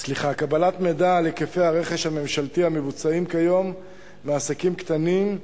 קבלת מידע על היקפי הרכש הממשלתי המבוצעים כיום בעסקים קטנים,